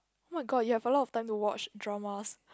oh-my-god you have a lot of time to watch dramas